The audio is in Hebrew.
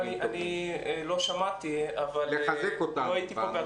אני לא שמעתי את הדיון.